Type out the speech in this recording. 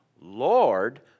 Lord